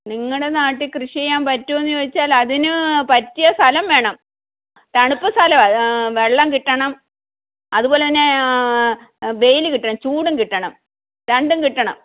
നിങ്ങളുടെ നാട്ടിൽ കൃഷി പറ്റുമോ എന്ന് ചോദിച്ചാൽ അതിന് പറ്റിയ സ്ഥലം വേണം തണുപ്പ് സ്ഥലമാ വെള്ളം കിട്ടണം അതുപോലെത്തന്നെ വെയിൽ കിട്ടണം ചൂടും കിട്ടണം രണ്ടും കിട്ടണം